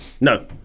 No